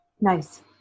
Nice